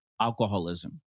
alcoholism